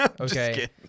Okay